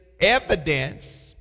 evidence